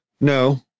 No